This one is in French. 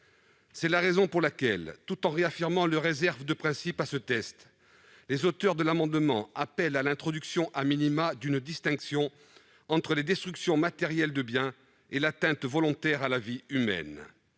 C'est la raison pour laquelle, tout en réaffirmant leur réserve de principe à ce texte, les auteurs de l'amendement appellent à l'introduction d'une distinction entre les destructions matérielles de biens et l'atteinte volontaire à la vie humaine.